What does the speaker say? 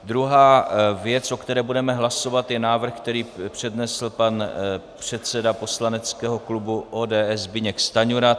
Druhá věc, o které budeme hlasovat, je návrh, který přednesl pan předseda poslaneckého klubu ODS Zbyněk Stanjura.